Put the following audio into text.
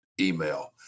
email